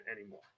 anymore